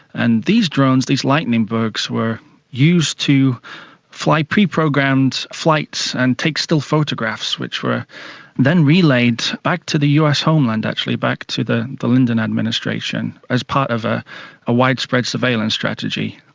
and these drones, these lightning bugs were used to fly pre-programmed flights and take still photographs which were then relayed back to the us homeland actually, back to the the linden administration as part of a widespread surveillance strategy.